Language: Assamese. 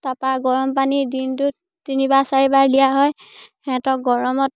তাপা গৰম পানী দিনটোত তিনিবাৰ চাৰিবাৰ দিয়া হয় সিহঁতক গৰমত